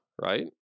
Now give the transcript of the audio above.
right